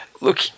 Look